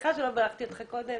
סליחה שלא בירכתי אותך קודם